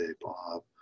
Bob